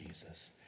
Jesus